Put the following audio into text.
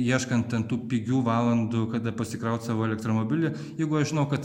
ieškant ten tų pigių valandų kada pasikraut savo elektromobilį jeigu aš žinau kad